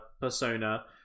persona